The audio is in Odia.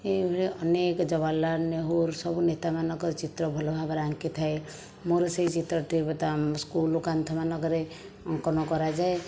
ଏହିଭଳି ଅନେକ ଜବାହାର ଲାଲ ନେହୁରୁ ସବୁ ନେତାମାନଙ୍କ ଚିତ୍ର ଭଲ ଭାବରେ ଆଙ୍କିଥାଏ ମୋର ସେହି ଚିତ୍ରଟି ଏବେ ତ ସ୍କୁଲ କାନ୍ଥ ମାନଙ୍କରେ ଅଙ୍କନ କରାଯାଏ